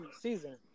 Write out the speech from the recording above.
season